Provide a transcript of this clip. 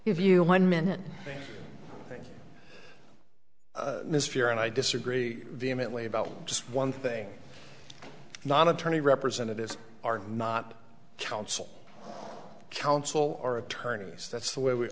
have you one minute this fear and i disagree vehemently about just one thing not attorney representatives are not counsel counsel or attorneys that's the way we